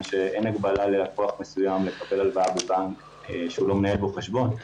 שאין הגבלה ללקוח מסוים לקבל הלוואה בבנק שהוא לא מנהל בו חשבון.